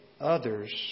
others